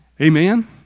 Amen